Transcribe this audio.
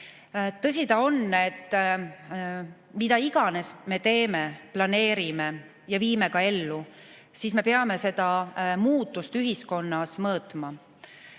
Tõsi ta on, et mida iganes me teeme, planeerime ja ellu viime – me peame seda muutust ühiskonnas mõõtma.